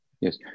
Yes